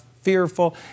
fearful